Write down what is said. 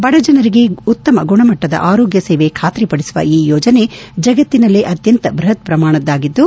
ಬಡಜನರಿಗೆ ಉತ್ತಮ ಗುಣಮಟ್ಟದ ಆರೋಗ್ಯ ಸೇವೆ ಖಾತ್ರಿಪಡಿಸುವ ಈ ಯೋಜನೆ ಜಗತ್ತಿನಲ್ಲೆ ಅತ್ಯಂತ ಬೃಹತ್ ಪ್ರಮಾಣದ್ದಾಗಿದ್ದು